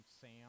Sam